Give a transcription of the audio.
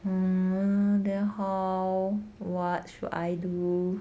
the how what should I do